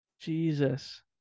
Jesus